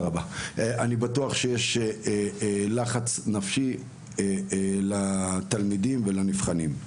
שיש לחץ נפשי לתלמידים ולנבחנים.